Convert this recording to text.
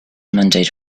mandate